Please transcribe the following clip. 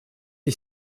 est